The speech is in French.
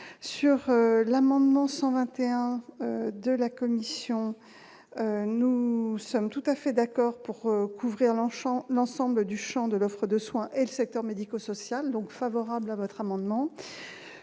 sur l'amendement 121 de la Commission, nous nous sommes tout à fait d'accord pour couvrir l'enfant l'ensemble du Champ de l'offre de soin et le secteur médico-social, donc favorable à votre amendement